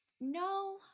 No